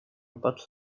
but